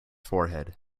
forehead